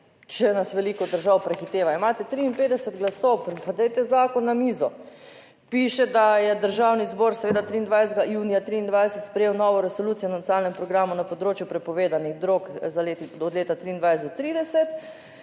če nas veliko držav prehiteva? Imate 53 glasov, pa dajte zakon na mizo. Piše, da je Državni zbor seveda 23. junija 2023 sprejel novo resolucijo o nacionalnem programu na področju prepovedanih drog za od leta 2023 do 2030,